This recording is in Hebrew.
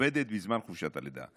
עובדת בזמן חופשת הלידה.